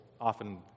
often